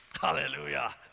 hallelujah